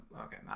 Okay